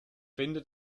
finde